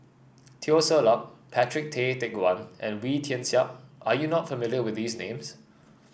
Teo Ser Luck Patrick Tay Teck Guan and Wee Tian Siak are you not familiar with these names